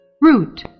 Root